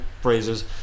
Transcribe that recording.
phrases